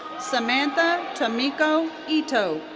samantha tomiko ito.